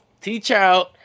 Teachout